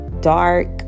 dark